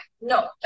No